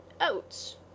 oats